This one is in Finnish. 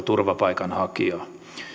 turvapaikanhakijaa